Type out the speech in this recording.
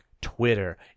Twitter